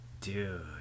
Dude